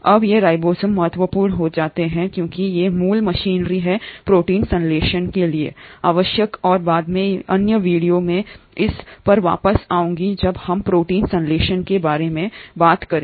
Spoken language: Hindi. अब ये राइबोसोम महत्वपूर्ण हो जाते हैं क्योंकि ये मूल मशीनरी हैं प्रोटीन संश्लेषण के लिए आवश्यक और मैं बाद में अन्य वीडियो में इस पर वापस आऊंगा जब हम हैं प्रोटीन संश्लेषण के बारे में बात करना